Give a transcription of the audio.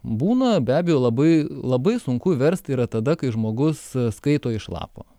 būna be abejo labai labai sunku verst yra tada kai žmogus skaito iš lapo